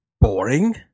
boring